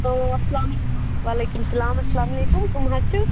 hello اسلامُ علیکُم وَعلیکُم سلام اسلامُ علیکُم کٕم حظ چھِو